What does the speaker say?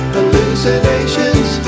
Hallucinations